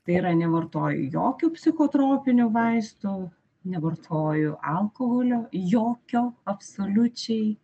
tai yra nevartoju jokių psichotropinių vaistų nevartoju alkoholio jokio absoliučiai